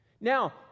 Now